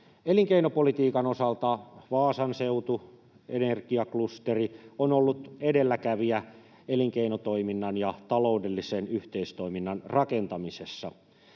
Elinkeinopolitiikan osalta Vaasan seutu, energiaklusteri, on ollut edelläkävijä elinkeinotoiminnan ja taloudellisen yhteistoiminnan rakentamisessa.